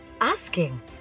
asking